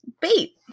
bait